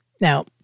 Now